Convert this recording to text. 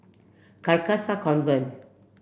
Carcasa Convent